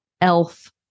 elf